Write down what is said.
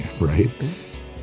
Right